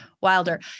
Wilder